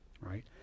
Right